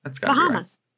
Bahamas